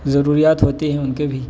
ضوریات ہوتی ہیں ان کے بھی